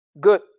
good